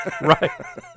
Right